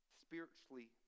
Spiritually